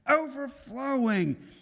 Overflowing